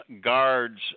guards